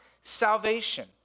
salvation